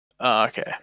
okay